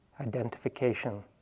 identification